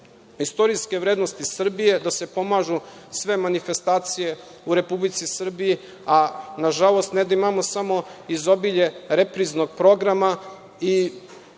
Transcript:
istorijske vrednosti Srbije, da se pomažu sve manifestacije u Republici Srbiji, a nažalost, ne da imamo samo izobilje repriznog programa i